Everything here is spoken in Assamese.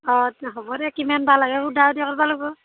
অঁ হ'ব দে কিমান বা লাগে সোধা সুধি কৰিব লাগিব